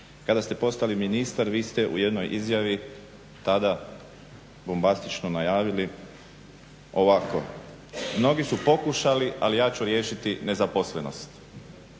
Kada ste postali ministar vi ste u jednoj izjavi tada bombastično najavili ovako "mnogi su pokušali ali ja ću riješiti nezaposlenost#.